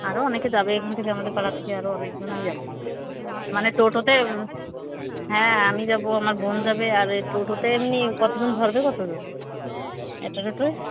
আরও অনেকে যাবে এখান থেকে আমাদের পাড়া থেকে আরও অনেকজনায় যাবে মানে টোটোতে হ্যাঁ আমি যাবো আমার বোন যাবে আর এই টোটোতে এমনি কতজন ধরবে কতজন একটা টোটোয়